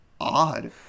odd